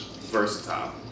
versatile